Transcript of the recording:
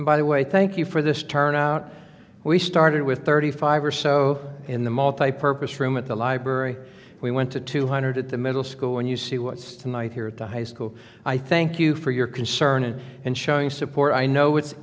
by the way thank you for this turnout we started with thirty five or so in the multipurpose room at the library we went to two hundred at the middle school when you see what's tonight here at the high school i thank you for your concern and and showing support i know it's